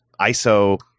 ISO